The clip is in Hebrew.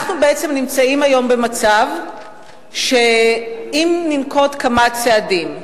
אנחנו בעצם נמצאים היום במצב שאם ננקוט כמה צעדים,